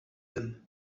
him